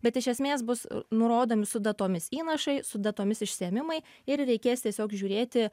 bet iš esmės bus nurodomi su datomis įnašai su datomis išėmimai ir reikės tiesiog žiūrėti